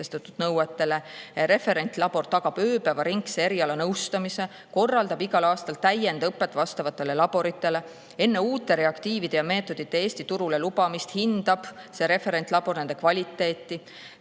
nõuetele, tagab ööpäevaringse erialanõustamise, korraldab igal aastal täiendõpet vastavatele laboritele ning enne uute reaktiivide ja meetodite Eesti turule lubamist hindab see referentlabor nende kvaliteeti.